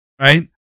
right